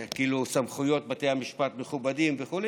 שסמכויות בתי המשפט מכובדות וכו',